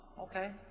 okay